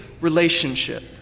relationship